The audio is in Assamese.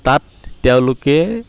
তাত তেওঁলোকে